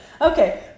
Okay